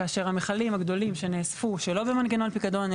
כאשר המכלים הגדולים שנאספו שלא במנגנון פיקדון,